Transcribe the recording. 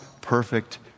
perfect